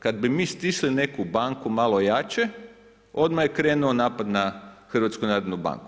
Kada bi mi stisli neku banku malo jače, odmah je krenuo napad na HNB.